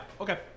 okay